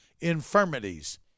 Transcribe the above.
infirmities